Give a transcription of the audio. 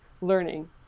learning